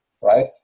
right